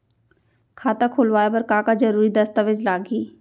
खाता खोलवाय बर का का जरूरी दस्तावेज लागही?